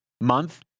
month